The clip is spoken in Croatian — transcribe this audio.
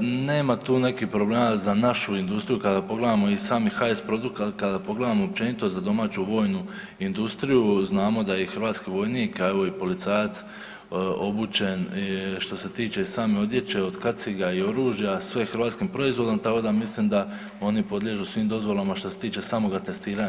nema tu nekih problema za našu industriju kada pogledamo i sami HS Produkat, kada pogledamo općenito za domaću vojnu industriju znamo da je i hrvatski vojnik, a evo i policajac, obučen što se tiče same odjeće od kaciga i oružja, sve hrvatskim proizvodom, tako da mislim da oni podliježu svim dozvolama što se tiče samoga testiranja.